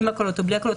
עם הקלות או בלי הקלות,